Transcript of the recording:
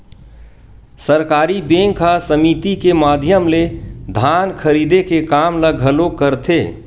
सहकारी बेंक ह समिति के माधियम ले धान खरीदे के काम ल घलोक करथे